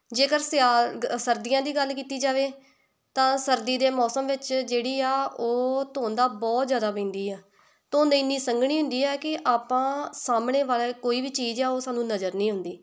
ਜੇਕਰ ਸਿਆਲ ਸਰਦੀਆਂ ਦੀ ਗੱਲ ਕੀਤੀ ਜਾਵੇ ਤਾਂ ਸਰਦੀ ਦੇ ਮੌਸਮ ਵਿੱਚ ਜਿਹੜੀ ਆ ਉਹ ਧੂੰਦ ਆ ਬਹੁਤ ਜ਼ਿਆਦਾ ਪੈਂਦੀ ਆ ਧੂੰਦ ਇੰਨੀ ਸੰਘਣੀ ਹੁੰਦੀ ਆ ਕਿ ਆਪਾਂ ਸਾਹਮਣੇ ਵਾਲੇ ਕੋਈ ਵੀ ਚੀਜ਼ ਆ ਉਹ ਸਾਨੂੰ ਨਜ਼ਰ ਨਹੀਂ ਆਉਂਦੀ